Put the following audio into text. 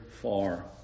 far